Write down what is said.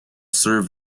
serve